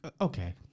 okay